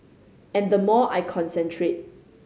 and the more I concentrate